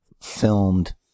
filmed